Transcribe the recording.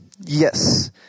Yes